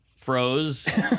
froze